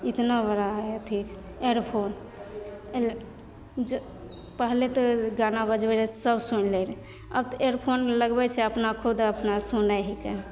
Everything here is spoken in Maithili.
इतना बड़ा है अथी एयरफोन एहिमे जे पहिले तऽ गाना बजबै रहै तऽ सब सुनि लै रहै आब तऽ एयरफोन लगबैत छै अपना खुद अपना सुनै हिकै